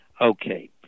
Okay